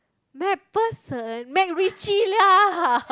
McPherson MacRitchie lah